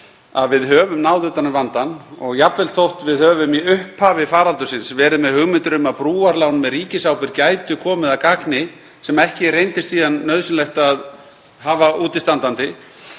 að við höfum náð utan um vandann og jafnvel þótt við höfum í upphafi faraldursins verið með hugmyndir um að brúarlán með ríkisábyrgð gætu komið að gagni, sem ekki reyndist síðan nauðsynlegt að hafa útistandandi,